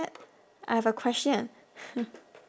I have a question